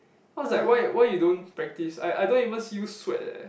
cause like why why you don't practice I I don't even see you sweat eh